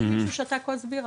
כי אם מישהו שתה כוס בירה,